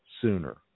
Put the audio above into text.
sooner